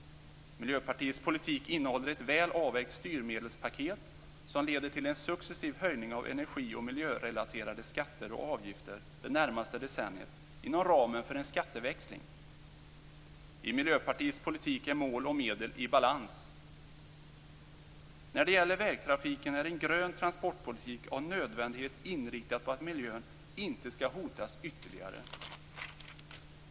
Miljöpartiets politik innehåller ett väl avvägt styrmedelspaket som leder till en successiv höjning av energi och miljörelaterade skatter och avgifter det närmaste decenniet inom ramen för en skatteväxling. I Miljöpartiets politik är mål och medel i balans. När det gäller vägtrafiken är en grön transportpolitik av nödvändighet inriktad på att miljön inte skall hotas ytterligare.